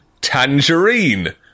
tangerine